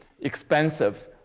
expensive